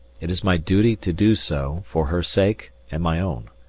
it is my duty to do so, for her sake and my own.